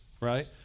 right